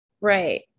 Right